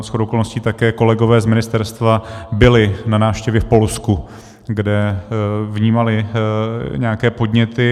Shodou okolností také kolegové z ministerstva byli na návštěvě v Polsku, kde vnímali nějaké podněty.